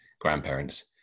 grandparents